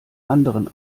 anderen